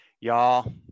Y'all